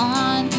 on